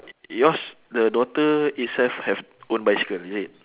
yours the daughter itself have own bicycle is it